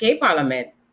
Parliament